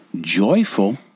joyful